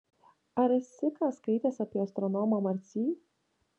ar esi ką skaitęs apie astronomą marcy